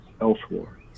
elsewhere